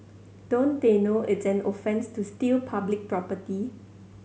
don't they know it's an offence to steal public property